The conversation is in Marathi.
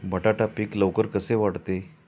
बटाटा पीक लवकर कसे वाढते?